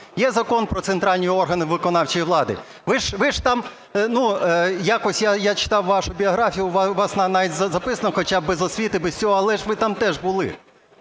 є Закон "Про центральні органи виконавчої влади". Ви ж там... Якось я читав вашу біографію, у вас навіть записано, хоча без освіти, без цього, але ж ви там теж були.